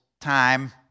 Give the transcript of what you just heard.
time